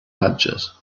budget